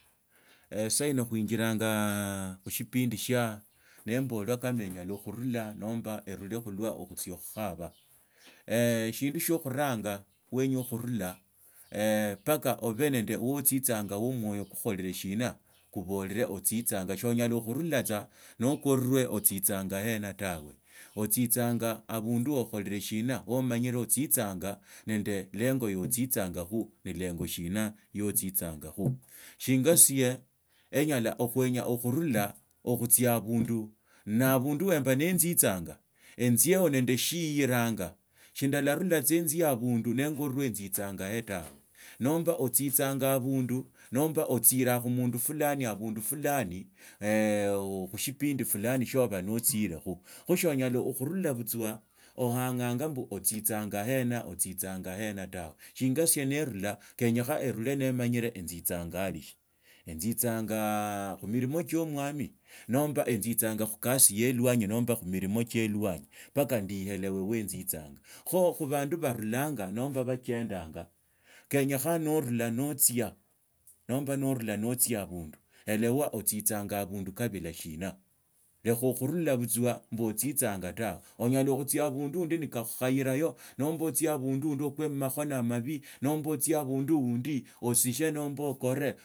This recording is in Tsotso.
Esahino khuiniranga mushipindi sha nembolakwa shenyala khurura nomba erufi khulwa okhutsia khukhaba shindu shio khuranga weenya okhutsia paka obe nende wootsitsanga wo omwoyo kukhuriree shina kuburire kutstsanga shoonyala khurura tsa nookoiwe otsitsanga hena ta otsitsanga abandu wo okharire shina waomanyile otstanga nende lengo yo otsitsanga ni lengo shina yotsitsangakho shinga sia enyala okhuenya khurala okhutsia abundu aa abundu we mba ninzitsanga enzieyo shiharanga shindararulattsa manzia abundu nengorwe enzitsanga hena tawe nomba otsitsanga abundu nomba otsiraa khumundu fulani anandu fulani khushipindi fulani shiabaa notsirekha kho soonyala okhurura bustswa ohang’anga mbu otsitsanga hena otsitsanga hena tawe shinga sye nerura kenyekha erure nomanyire enzitsanga alishii enzitsanga mmilimo chio omwami nomba khumilimo chio iwanyi. Mpaka nditieleavwo tnzitsanga kho khubandu barslanga nomba bachendanga kenyekha norsla notsia nomba norsla notsia abundu elewa otsitsanga abandu kabila shina lekha khurura buts wa mbu otsianga tawe onyala khutsia abundu handi ne kakkhairayo nomba otsie abundu handi ne mmakhono amabi nomba tsie abundu handi ositchi nomba okore.